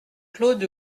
claude